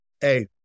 Hey